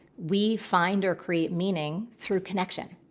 we find or create meaning through connection,